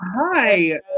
Hi